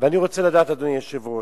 ואני רוצה לדעת, אדוני היושב-ראש,